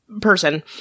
person